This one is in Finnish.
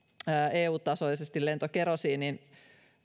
eu tasoisesti olisi lentokerosiiniin